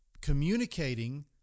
communicating